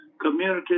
community